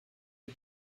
une